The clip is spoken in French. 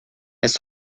elles